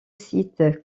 site